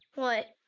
what?